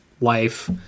life